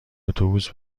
اتوبوس